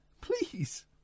Please